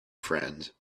friend